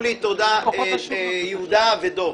יהודה ודב.